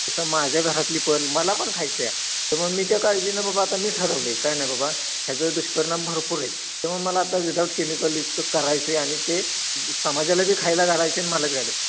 तसं माझ्या घरातली पण मला पण खायचं आहे त्यामुळं मी त्या काळजीनं बाबा आता मी ठरवलं आहे काही नाही बाबा ह्याचं दुष्परिणाम भरपूर आहे त्यामुळं मला आता विदाउट केमिकलयुक्त करायचं आहे आणि ते समाजाला बी खायला घालायचं आहे न मला बी